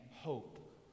hope